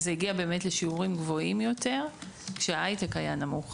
זה הגיע לשיעורים גבוהים יותר כשההייטק היה נמוך.